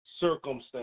circumstance